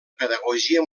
pedagogia